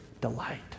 delight